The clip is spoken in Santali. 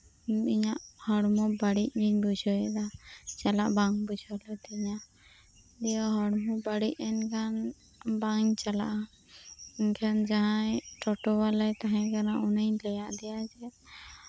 ᱤᱧᱟᱹᱜ ᱦᱚᱲᱢᱚ ᱵᱟᱹᱲᱤᱡ ᱜᱤᱧ ᱵᱩᱡᱷᱟᱹᱣ ᱮᱫᱟ ᱪᱟᱞᱟᱜ ᱞᱮᱫᱟ ᱪᱟᱞᱟᱜ ᱵᱟᱝ ᱵᱩᱡᱷᱟᱹᱣ ᱞᱤᱫᱤᱧᱟ ᱫᱤᱭᱮ ᱦᱚᱲᱢᱚ ᱵᱟᱹᱲᱤᱡ ᱮᱱᱠᱷᱟᱱ ᱵᱟᱹᱧ ᱪᱟᱞᱟᱜᱼᱟ ᱮᱱᱠᱷᱟᱱ ᱡᱟᱸᱦᱟᱭ ᱴᱳᱴᱳᱵᱟᱞᱟᱭ ᱛᱟᱸᱦᱮ ᱠᱟᱱᱟ ᱩᱱᱤᱧ ᱞᱟᱹᱭ ᱟᱫᱮᱭᱟ ᱡᱮ